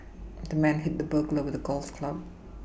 the man hit the burglar with a golf club